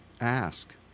ask